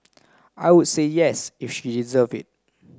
I would say yes if she deserve it